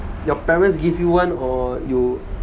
your parents give you one or you